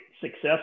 success